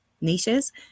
niches